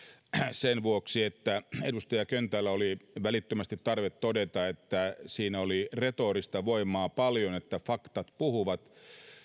sen vuoksi että edustaja köntällä oli välittömästi tarve todeta että siinä oli retorista voimaa paljon ja että faktat puhuvat